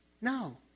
No